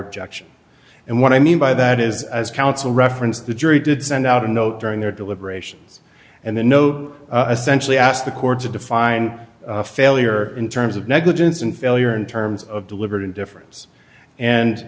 objection and what i mean by that is as counsel referenced the jury did send out a note during their deliberations and the no essentially asked the court to define failure in terms of negligence and failure in terms of deliberate indifference and